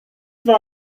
war